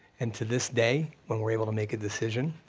and to this day, when we're able to make a decision,